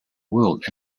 world